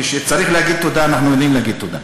כשצריך להגיד תודה, אנחנו יודעים להגיד תודה.